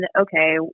okay